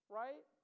right